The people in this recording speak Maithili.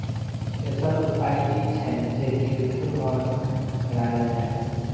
तेसर उपाय ई छै, जे कृत्रिम वर्षा कराएल जाए